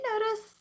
notice